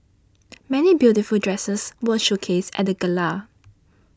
many beautiful dresses were showcased at the gala